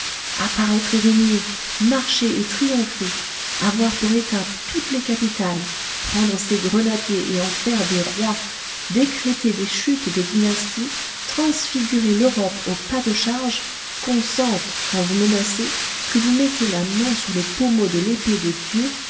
apparaître et régner marcher et triompher avoir pour étapes toutes les capitales prendre ses grenadiers et en faire des rois décréter des chutes de dynastie transfigurer l'europe au pas de charge qu'on sente quand vous menacez que vous mettez la main sur le pommeau de l'épée de dieu